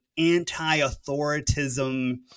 Anti-authoritism